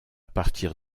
partir